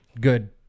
good